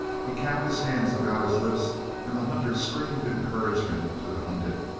he capped his hands about his lips and the hunter screamed encouragement to the hunted,